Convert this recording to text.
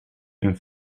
een